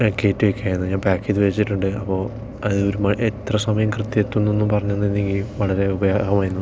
pack ചെയ്തിട്ട് വയ്ക്കാമായിരുന്നു ഞാൻ പാക്ക് ചെയ്തു വച്ചിട്ടുണ്ട് അപ്പോൾ അതൊരു എത്ര സമയം കൃത്യം എത്തും എന്നൊന്നും പറഞ്ഞു തന്നിരുന്നെങ്കിൽ വളരെ ഉപകാരം ആവുമായിരുന്നു